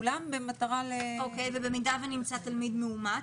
ואם נמצא תלמיד מאומת?